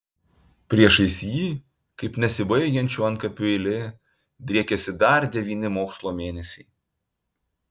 priešais jį kaip nesibaigiančių antkapių eilė driekėsi dar devyni mokslo mėnesiai